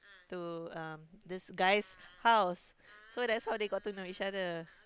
to um this guy's house so that's how they got to know each other